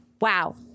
wow